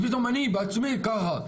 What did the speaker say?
ופתאום אני בעצמי ככה.